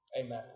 amen